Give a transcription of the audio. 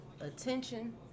Attention